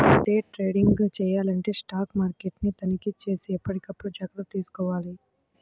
day trading చెయ్యాలంటే stock మార్కెట్ని తనిఖీచేసి ఎప్పటికప్పుడు జాగర్తలు తీసుకోవాలి